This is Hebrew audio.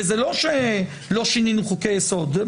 וזה לא שלא שינינו חוקי יסוד,